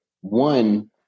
one